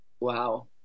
wow